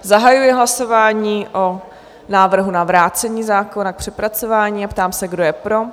Zahajuji hlasování o návrhu na vrácení zákona k přepracování a ptám se, kdo je pro?